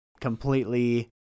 completely